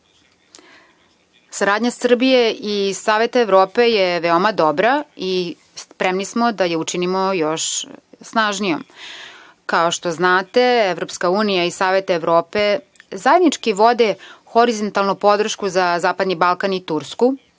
cilj. Saradnja Srbije i Saveta Evrope je veoma dobra i spremni smo da je učinimo još snažnijom. Kao što znate, Evropska unija i Savet Evrope zajednički vode horizontalnu podršku za zapadni Balkan i Tursku